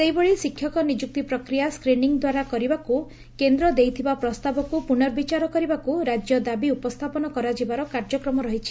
ସେହିଭଳି ଶିକ୍ଷକ ନିଯୁକ୍ତି ପ୍ରକ୍ରିୟା ସ୍କ୍ରିନିଂ ଦ୍ୱାରା କରିବାକୁ କେନ୍ଦ୍ର ଦେଇଥିବା ପ୍ରସ୍ତାବକୁ ପୁର୍ନବିଚାର କରିବାକୁ ରାଜ୍ୟ ଦାବି ଉପସ୍ରାପନ କରାଯିବାର କାର୍ଯ୍ୟକ୍ରମ ରହିଛି